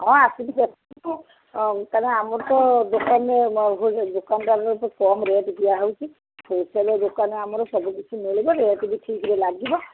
ହଁ ଆସିକି ଦେଖନ୍ତୁ କାରଣ ଆମର ତ ଦୋକାନରେ ଦୋକାନରରେ ତ କମ୍ ରେଟ୍ ଦିଆହଉଛି ହୋଲ୍ସେଲ୍ ଦୋକାନ ଆମର ସବୁକିଛି ମିଳିବ ରେଟ୍ ବି ଠିକ୍ ଲାଗିବ